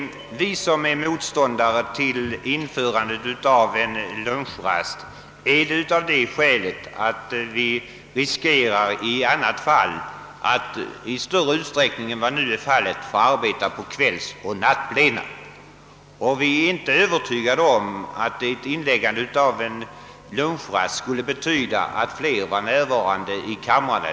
Vi som är motståndare till införande av en lunchrast anser att vi, om det fattas ett sådant beslut, riskerar att i större utsträckning än nu är fallet få arbeta vid kvällsoch nattplena. Vi är inte heller övertygade om att inläggandet av en lunchrast skuile betyda att fler ledamöter skulle vara närvarande i kamrarna.